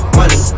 money